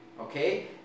okay